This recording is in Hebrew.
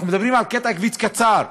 אנחנו מדברים על קטע כביש קצר.